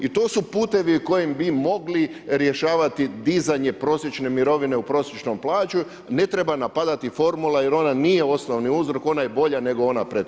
I to su putevi kojim bi mogli rješavati dizanje prosječne mirovine u prosječnu plaću, ne treba napadati formule jer ona nije osnovni uzrok, ona je bolja nego ona prethodna.